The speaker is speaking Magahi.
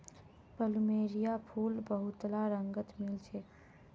प्लुमेरिया फूल बहुतला रंगत मिल छेक